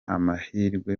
amahirwe